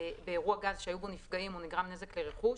באירוע גז שהיו בו נפגעים או נגרם נזק לרכוש,